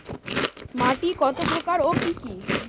মাটি কত প্রকার ও কি কি?